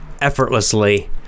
effortlessly